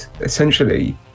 essentially